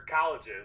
colleges